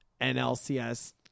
NLCS